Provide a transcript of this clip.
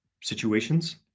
situations